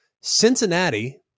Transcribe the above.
Cincinnati